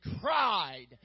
cried